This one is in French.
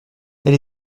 elle